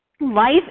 life